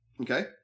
Okay